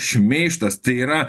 šmeižtas tai yra